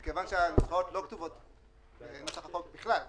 מכיוון שהנוסחאות לא כתובות בנוסח החוק בכלל,